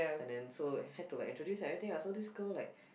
and then so had to like introduce and everything lah so this girl like